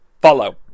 follow